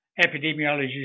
Epidemiology